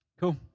Cool